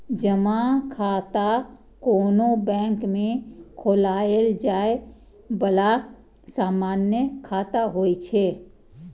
जमा खाता कोनो बैंक मे खोलाएल जाए बला सामान्य खाता होइ छै